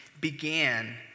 began